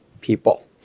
people